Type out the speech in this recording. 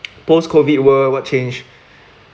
post COVID world what change